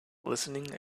listening